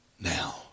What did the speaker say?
Now